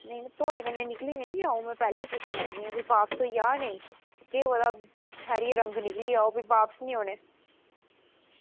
धोने कन्नै निकली नेईं ना जाह्ग में पैह्लें पुच्छी लैन्नी आं औग नी ते धोइयै अगर रंग निकलेआ ते भी बापस निं होने